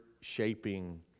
shaping